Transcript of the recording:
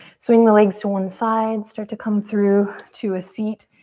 swing the legs to one side, start to come through to a seat.